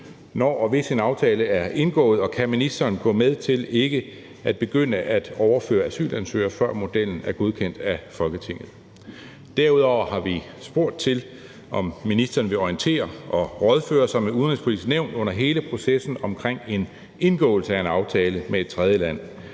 når og hvis en aftale er indgået? Og kan ministeren gå med til ikke at begynde at overføre asylansøgere, før modellen er godkendt af Folketinget? Derudover har vi spurgt til, om ministeren vil orientere og rådføre sig med Det Udenrigspolitiske Nævn under hele processen om en indgåelse af en aftale med et tredjeland,